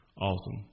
awesome